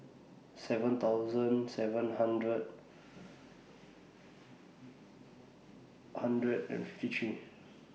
seven thousand seven hundred hundred and fifty three